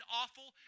awful